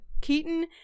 Keaton